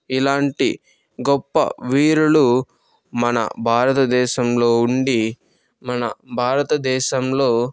ఇలాంటి గొప్ప వీరులు మన భారతదేశంలో ఉండి మన భారత దేశంలో